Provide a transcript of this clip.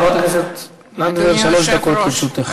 חברת הכנסת לנדבר, שלוש דקות לרשותך.